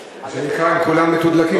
מה שנקרא: כולם מתודלקים.